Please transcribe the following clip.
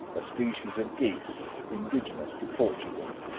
a species of geese indigenous to portugal.